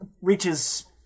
reaches